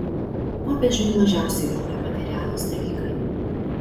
popiežiui mažiausiai rūpi materialūs dalykai